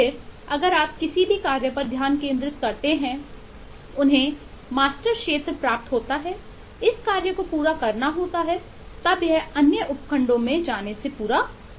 फिर अगर आप किसी भी कार्य पर ध्यान केंद्रित करते हैं उन्हें मास्टर क्षेत्र प्राप्त होता है इस कार्य को पूरा करना होता है तब यह अन्य उपखंडों में जाने से पूरा होता है